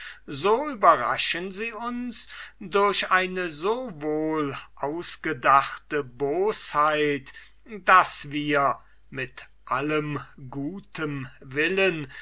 so überraschen sie uns durch eine so wohl ausgedachte bosheit daß wir mit allem guten willen